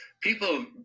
people